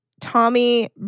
Tommy